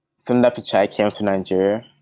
sundar pichai came to nigeria,